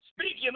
speaking